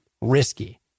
risky